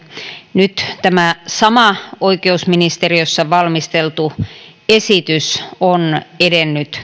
nyt tämä sama oikeusministeriössä valmisteltu esitys on edennyt